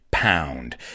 Pound